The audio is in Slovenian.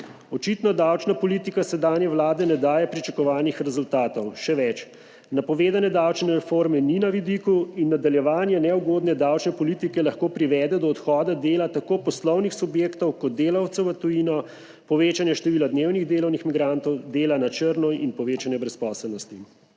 Očitno davčna politika sedanje vlade ne daje pričakovanih rezultatov. Še več, napovedane davčne reforme ni na vidiku in nadaljevanje neugodne davčne politike lahko tako privede do odhoda dela poslovnih subjektov in delavcev v tujino, povečanja števila dnevnih delovnih migrantov, dela na črno in povečanja brezposelnosti.